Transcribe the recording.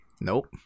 Nope